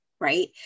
right